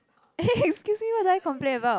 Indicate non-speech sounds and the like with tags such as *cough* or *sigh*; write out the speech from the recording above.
*laughs* excuse me what do I complain about